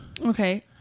Okay